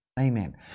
Amen